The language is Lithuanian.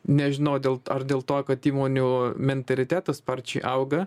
nežinau dėl ar dėl to kad įmonių mentalitetas sparčiai auga